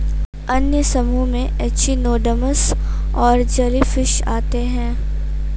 अन्य समूहों में एचिनोडर्म्स और जेलीफ़िश आते है